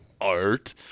art